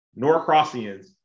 Norcrossians